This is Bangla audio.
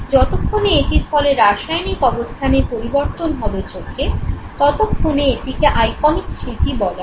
যতক্ষণে এটির ফলে রাসায়নিক অবস্থানের পরিবর্তন হবে চোখে ততক্ষণে এটিকে আইকনিক স্মৃতি বলা হবে